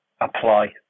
apply